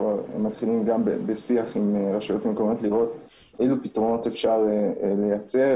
אנחנו מתחילים בשיח עם רשויות מקומיות לראות אילו פתרונות אפשר לייצר,